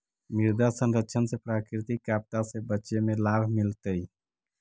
मृदा संरक्षण से प्राकृतिक आपदा से बचे में लाभ मिलतइ